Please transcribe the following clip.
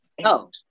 No